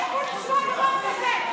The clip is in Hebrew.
איפה נשמע דבר כזה?